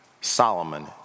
Solomon